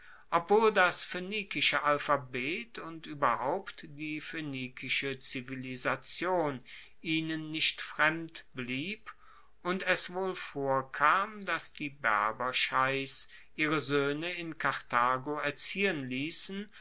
obwohl das phoenikische alphabet und ueberhaupt die phoenikische zivilisation ihnen nicht fremd blieb und es wohl vorkam dass die berberscheichs ihre soehne in karthago erziehen liessen